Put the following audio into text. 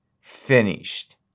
finished